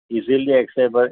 easily accessible